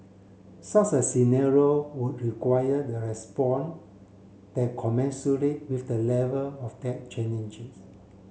such a scenario would enquire the respond that commensurate with the level of that challenges